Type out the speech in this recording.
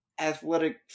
athletic